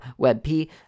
WebP